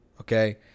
okay